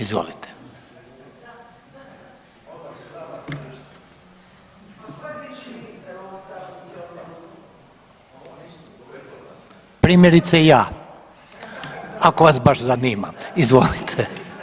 Izvolite. … [[Upadica sa strane, ne čuje se.]] Primjerice ja, ako vas baš zanima, izvolite.